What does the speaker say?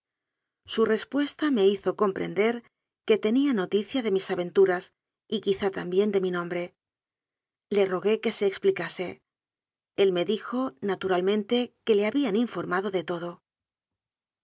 su respuesta me hizo comprender que tenía noticia de mis aventuras y quizá también de mi nombre le rogué que se explicase el me dijo naturalmente que le habían informado de todo aquel